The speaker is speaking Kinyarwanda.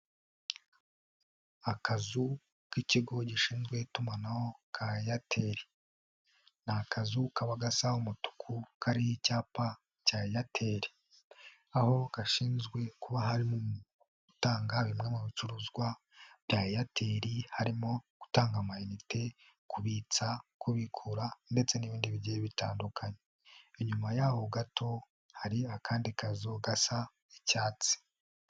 Akazu k'ikigo gishinzwe itumanaho ka Airtel. Ni akazu kaba gasa umutuku, kariho icyapa cya Airtel, aho gashinzwe kuba harimo gutanga bimwe mu bicuruzwa bya Airtel, harimo gutanga amayinite, kubitsa, kubikura ndetse n'ibindi bigiye bitandukanye. Inyuma yaho gato hari akandi kazu gasa icyatsi.